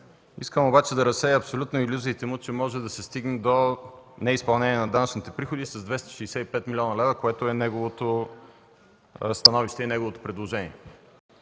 Искам обаче да разсея абсолютно илюзиите му, че може да се стигне до неизпълнение на данъчните приходи с 265 милиона лева, което е неговото становище